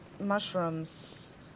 mushrooms